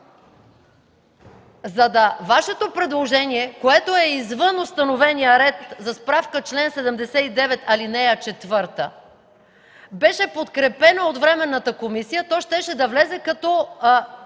Ако Вашето предложение, което е извън установения ред – за справка чл. 79, ал. 4 – беше подкрепено от временната комисия, то щеше да влезе като